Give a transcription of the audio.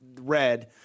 Red